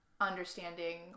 Understanding